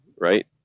right